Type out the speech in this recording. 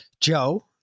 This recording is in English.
joe